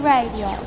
Radio